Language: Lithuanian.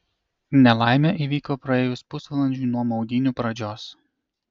nelaimė įvyko praėjus pusvalandžiui nuo maudynių pradžios